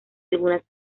algunas